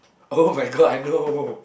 [oh]-my-god I know